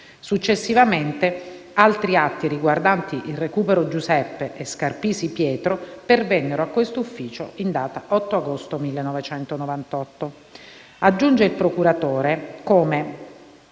successivamente, altri atti riguardanti il Recupero Giuseppe e Scarpisi Pietro pervennero a quest'ufficio in data 8 agosto 1998». Aggiunge il procuratore che